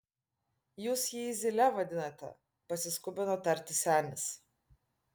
jūs jį zyle vadinate pasiskubino tarti senis